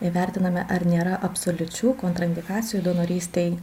įvertiname ar nėra absoliučių kontraindikacijų donorystei